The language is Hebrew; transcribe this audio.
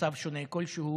מצב שונה כלשהו,